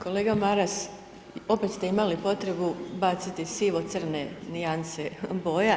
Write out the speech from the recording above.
Kolega Maras, opet ste imali potrebu baciti sivo-crne nijanse boja.